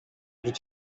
did